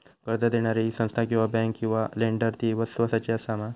कर्ज दिणारी ही संस्था किवा बँक किवा लेंडर ती इस्वासाची आसा मा?